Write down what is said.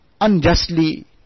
unjustly